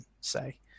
say